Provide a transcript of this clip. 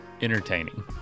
entertaining